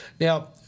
now